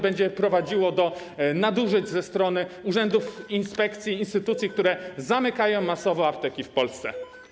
będzie prowadziło do nadużyć ze strony urzędów, inspekcji, instytucji, które zamykają masowo apteki w Polsce.